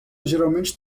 geralmente